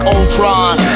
Ultron